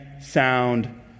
sound